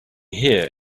here